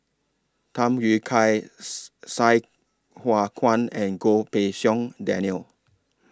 Tham Yui Kai Sai Hua Kuan and Goh Pei Siong Daniel